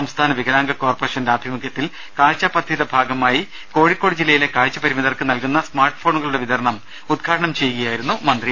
സംസ്ഥാന വികലാംഗ കോർപ്പറേഷൻ ആഭിമുഖ്യത്തിൽ കാഴ്ച പദ്ധതിയുടെ ഭാഗമായി ജില്ലയിലെ കാഴ്ച പരിമിതർക്കു നൽകുന്ന സ്മാർട്ട്ഫോണുകളുടെ വിതരണം കോഴിക്കോട്ട് ഉദ്ഘാടനം ചെയ്യുകയായിരുന്നു മന്ത്രി